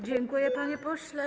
Dziękuję, panie pośle.